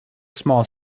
small